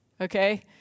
Okay